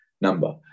number